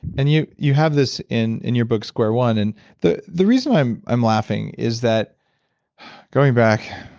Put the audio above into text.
and you you have this in in your book square one. and the the reason i'm i'm laughing is that going back,